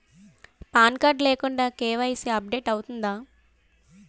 Pan card లేకుండా KYC update అవుతుందా?